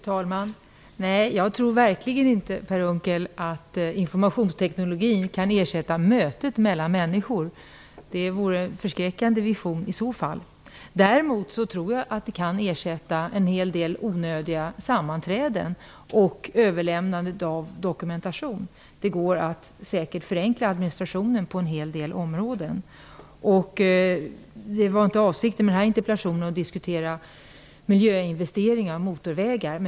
Fru talman! Jag tror verkligen inte att informationsteknologin kan ersätta mötet mellan människor, Per Unckel. Det vore en förskräckande vision. Däremot tror jag att den kan ersätta en hel del onödiga sammanträden och överlämnande av dokumentation. Det går säkert att förenkla administrationen på en hel del områden. Avsikten med den här interpellationen var inte att diskutera miljöinvesteringar och motorvägar.